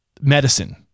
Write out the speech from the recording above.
medicine